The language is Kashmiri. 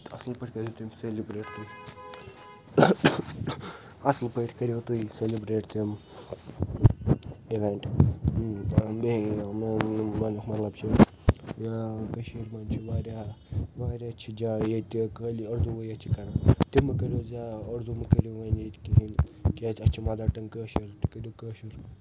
اصٕل پٲٹھۍ کٔرِو تِم سیٚلِبرٛیٹ تُہۍ اصٕل پٲٹھۍ کٔرِو تُہۍ سیٚلِبرٛیٹ تِم اویٚنٛٹ بیٚیہِ میٛانہِ وننُک مطلب چھُ ٲں کشیٖرِ منٛز چھِ واریاہ واریاہ چھِ جایہِ ییٚتہِ خٲلی اردووٕے یوت چھِ کران تہِ مہِ کٔرِو زیادٕ اردو مہٕ کٔرِو وۄنۍ ییٚتہِ کہیٖنۍ کیٛازِ اسہِ چھِ مَدر ٹنٛگ کٲشُر تُہۍ کٔرِو کٲشُر